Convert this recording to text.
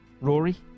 Rory